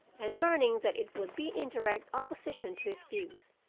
and learning that it would be in direct opposition to his views,